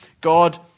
God